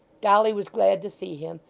dolly was glad to see him,